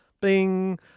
bing